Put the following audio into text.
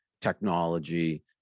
technology